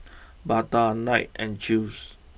Bata Knight and Chew's